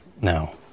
No